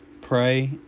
pray